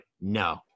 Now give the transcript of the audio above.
No